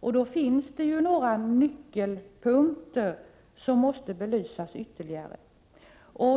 Då finns det ju några nyckelpunkter som måste belysas ytterligare.